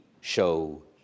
show